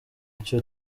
icyo